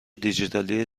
دیجیتالی